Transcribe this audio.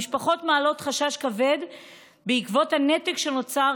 המשפחות מעלות חשש כבד בעקבות הנתק שנוצר,